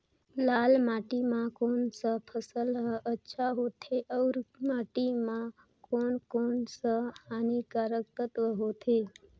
लाल माटी मां कोन सा फसल ह अच्छा होथे अउर माटी म कोन कोन स हानिकारक तत्व होथे?